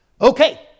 Okay